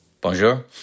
Bonjour